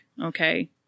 okay